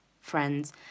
friends